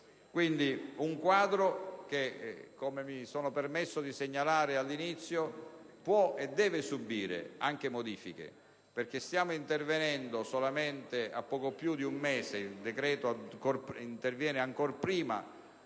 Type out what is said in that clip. un quadro che, come si sono permesso di segnalare all'inizio, può e deve subire anche modifiche perché stiamo intervenendo solamente a poco più di un mese; lo stesso decreto-legge interviene ancor prima